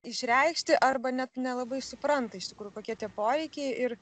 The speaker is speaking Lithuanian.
išreikšti arba net nelabai supranta iš tikrųjų kokie tie poreikiai ir